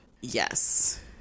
Yes